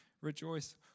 Rejoice